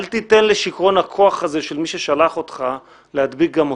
אל תיתן לשכרון הכוח הזה של מי ששלח אותך להדביק גם אותך.